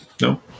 No